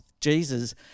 Jesus